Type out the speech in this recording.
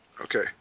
Okay